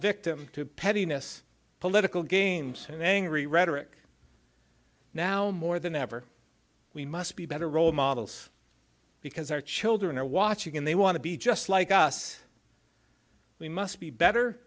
victim to pettiness political games and angry rhetoric now more than ever we must be better role models because our children are watching and they want to be just like us we must be better